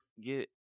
get